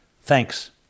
Thanks